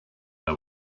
they